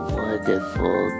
wonderful